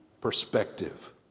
perspective